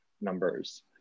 numbers